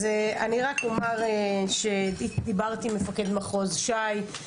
אז אני רק אומר שדיברתי עם מפקד מחוז ש"י,